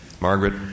Margaret